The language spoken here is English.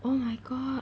oh my god